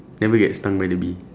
never get stung by the bee